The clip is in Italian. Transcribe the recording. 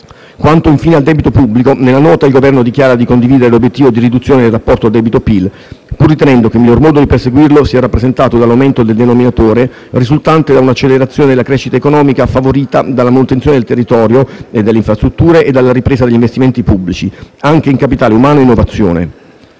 Quanto infine al debito pubblico, nella Nota il Governo dichiara di condividere l'obiettivo di riduzione del rapporto debito-PIL, pur ritenendo che il miglior modo di perseguirlo sia rappresentato dall'aumento del denominatore risultante da un'accelerazione della crescita economica favorita dalla manutenzione del territorio e delle infrastrutture e dalla ripresa degli investimenti pubblici, anche in capitale umano e innovazione.